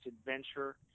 adventure